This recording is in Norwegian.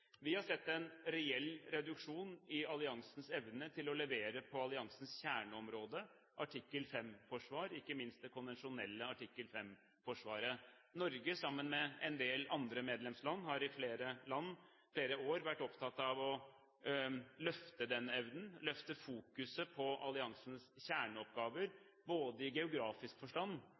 å levere på alliansens kjerneområde, artikkel 5-forsvar, ikke minst det konvensjonelle artikkel 5-forsvaret. Norge har, sammen med en del andre medlemsland, i flere år vært opptatt av å løfte den evnen, løfte fokuset på alliansens kjerneoppgaver, ikke bare i geografisk forstand